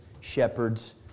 shepherds